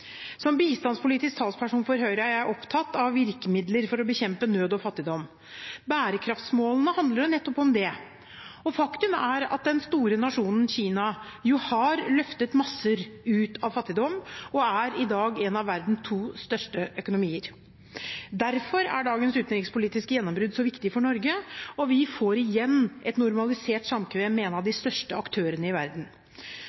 Som bistandspolitisk talsperson for Høyre er jeg opptatt av virkemidler for å bekjempe nød og fattigdom. Bærekraftsmålene handler jo nettopp om det. Faktum er at den store nasjonen Kina har løftet masser ut av fattigdom og i dag er en av verdens to største økonomier. Derfor er dagens utenrikspolitiske gjennombrudd så viktig for Norge. Vi får igjen et normalisert samkvem med en av de